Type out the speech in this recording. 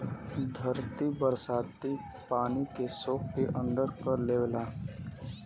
धरती बरसाती पानी के सोख के अंदर कर लेवला